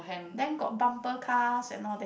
then got bumper cars and all that